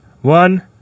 one